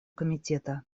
комитета